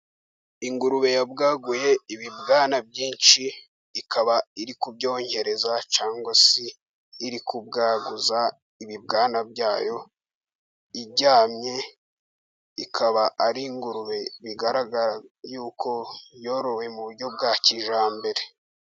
Ingurube yabwaguye ibibwana byinshi, ikaba iri kubyonkereza cyangwa se iri kubwaguza ibibwana byayo iryamye. Ikaba ari ingurube bigaragara yuko yorowe mu buryo bwa kijyambere.